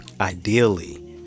ideally